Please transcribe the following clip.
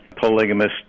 polygamist